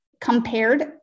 compared